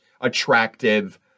attractive